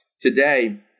today